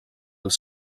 els